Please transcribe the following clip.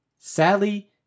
Sadly